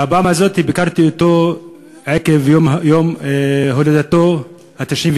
והפעם הזאת ביקרתי אותו עקב יום הולדתו ה-99.